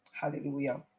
hallelujah